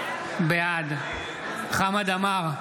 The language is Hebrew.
בעד חמד עמאר,